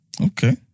Okay